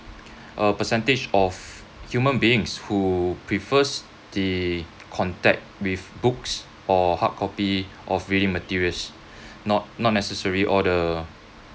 a percentage of human beings who prefers the contact with books or hardcopy of reading materials not not necessarily all the